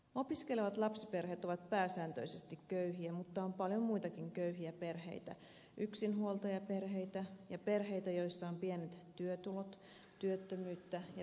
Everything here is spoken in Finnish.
opiskelevat lapsiperheet ovat pääsääntöisesti köyhiä mutta on paljon muitakin köyhiä perheitä yksinhuoltajaperheitä ja perheitä joissa on pienet työtulot työttömyyttä ja pätkätöitä